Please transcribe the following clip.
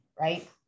right